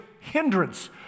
hindrance